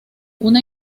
una